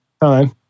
time